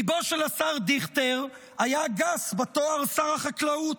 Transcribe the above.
ליבו של השר דיכטר היה גס בתואר שר החקלאות,